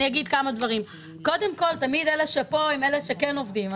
אני אגיד כמה דברים: קודם כול תמיד אלה שפה הם אלה שכן עובדים.